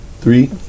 three